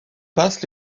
passent